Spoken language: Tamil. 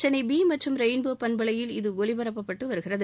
சென்னை பி மற்றும் ரெயின்போ பண்பலையில் இது ஒலிபரப்பப்பட்டு வருகிறது